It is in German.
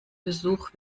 besuch